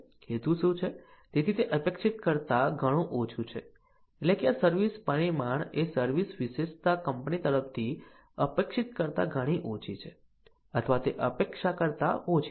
હેતુ શું છે તેથી તે અપેક્ષિત કરતાં ઘણું ઓછું છે એટલે કે આ સર્વિસ પરિમાણ એ સર્વિસ વિશેષતા કંપની તરફથી અપેક્ષિત કરતાં ઘણી ઓછી છે અથવા તે અપેક્ષા કરતા ઓછી છે